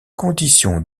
condition